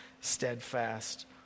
steadfast